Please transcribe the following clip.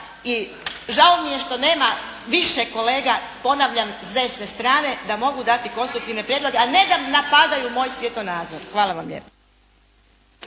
I žao mi je što nema više kolega ponavljam, s desne strane, da mogu dati konstruktivni prijedloge a ne da napadaju moj svjetonazor. Hvala vam lijepo.